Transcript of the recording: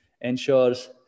ensures